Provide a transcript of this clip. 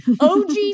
OG